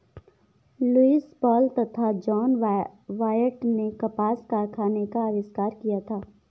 Lewis Paul तथा John Wyatt ने कपास कारखाने का आविष्कार किया था